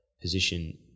position